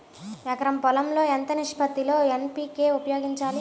ఎకరం పొలం లో ఎంత నిష్పత్తి లో ఎన్.పీ.కే ఉపయోగించాలి?